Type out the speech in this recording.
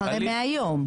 אחרי 100 יום.